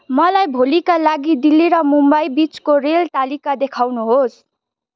मलाई भोलिको लागि दिल्ली र मुम्बई बिचको रेल तालिका देखाउनुहोस्